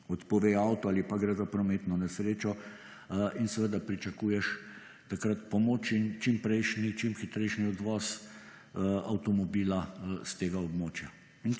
odpove avto ali pa gre za prometno nesrečo in seveda pričakuješ takrat pomoč in čim prejšnji, čim hitrejši odvoz avtomobila s tega območja